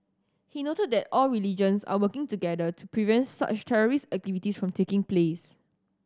he noted that all religions are working together to prevent such terrorist activities from taking place